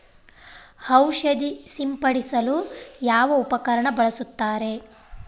ಔಷಧಿ ಸಿಂಪಡಿಸಲು ಯಾವ ಉಪಕರಣ ಬಳಸುತ್ತಾರೆ?